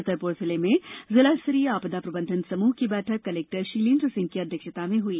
छतरपुर जिले में जिला स्तरीय आपदा प्रबंधन समूह की बैठक कलेक्टर शीलेन्द्र सिंह की अध्यक्षता में हुई